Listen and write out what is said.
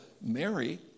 Mary